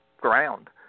ground